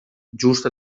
just